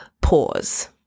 pause